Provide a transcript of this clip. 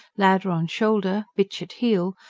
ladder on shoulder, bitch at heel,